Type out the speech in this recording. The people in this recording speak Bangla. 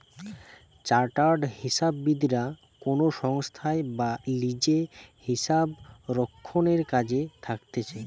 চার্টার্ড হিসাববিদরা কোনো সংস্থায় বা লিজে হিসাবরক্ষণের কাজে থাকতিছে